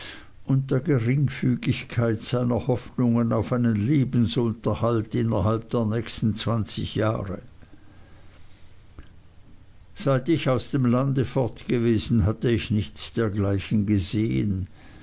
und der geringfügigkeit seiner hoffnungen auf einen lebensunterhalt innerhalb der nächsten zwanzig jahre seit ich aus dem lande fort gewesen hatte ich nichts dergleichen gesehen